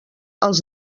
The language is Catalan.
els